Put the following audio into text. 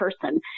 person